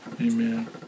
Amen